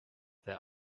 that